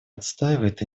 отстаивает